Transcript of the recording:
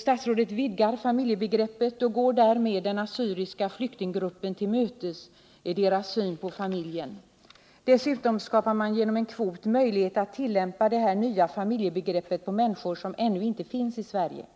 Statsrådet vidgar familjebegreppet och går därmed den assyriska flyktinggruppen till mötes i dess syn på familjen. Dessutom skapar man genom en kvot möjlighet att tillämpa det här nya familjebegreppet på människor som ännu inte kommit till Sverige.